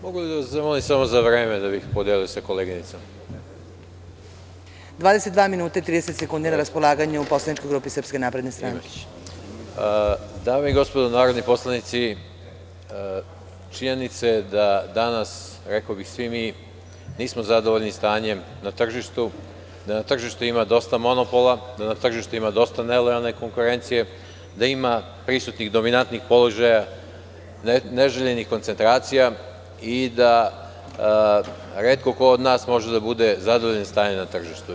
Mogu li samo da vas zamolim za vreme, da bih podelio sa koleginicom? (Predsedavajuća: Na raspolaganju poslaničkoj grupi SNS je 22 minuta i 30 sekundi.) Dame i gospodo narodni poslanici, činjenica je da danas, rekao bih, svi mi nismo zadovoljni stanjem na tržištu, da na tržištu ima dosta monopola, da na tržištu ima dosta nelojalne konkurencije, da ima prisutnih dominantnih položaja neželjenih koncentracija i da retko ko od nas može da bude zadovoljan stanjem na tržištu.